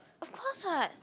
of course what